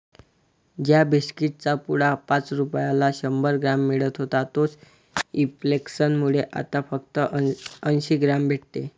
ज्या बिस्कीट चा पुडा पाच रुपयाला शंभर ग्राम मिळत होता तोच इंफ्लेसन मुळे आता फक्त अंसी ग्राम भेटते